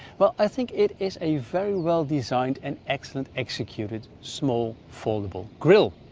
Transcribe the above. but i think it is a very well designed and excellent executed small foldable grill.